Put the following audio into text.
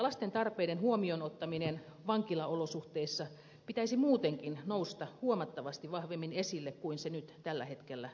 lasten tarpeiden huomioon ottamisen vankilaolosuhteissa pitäisi muutenkin nousta huomattavasti vahvemmin esille kuin se nyt tällä hetkellä nousee